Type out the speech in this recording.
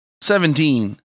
Seventeen